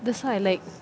that's why like